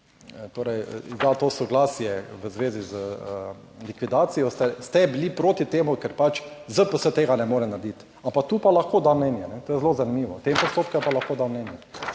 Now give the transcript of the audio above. torej da to soglasje v zvezi z likvidacijo, ste bili proti temu, ker pač ZPS tega ne more narediti, ampak tu pa lahko da mnenje. To je zelo zanimivo v tem postopku, pa lahko da mnenje,